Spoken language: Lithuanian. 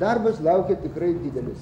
darbas laukia tikrai didelis